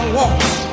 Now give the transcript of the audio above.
walks